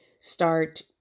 start